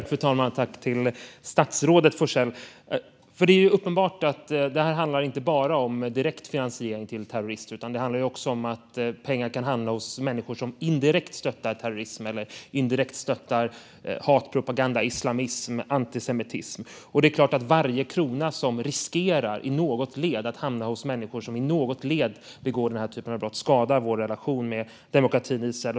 Fru talman! Tack, statsrådet Forssell, för svaret! Det är ju uppenbart att detta inte bara handlar om direkt finansiering till terrorister, utan det handlar också om att pengar kan hamna hos människor som indirekt stöttar terrorism eller indirekt stöttar hatpropaganda, islamism eller antisemitism. Det är klart att varje krona som i något led riskerar att hamna hos människor som på något sätt är involverade i den här typen av brott skadar vår relation med demokratin Israel.